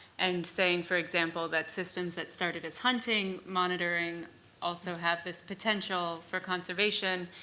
and saying, for example, that systems that started as hunting monitoring also have this potential for conservation.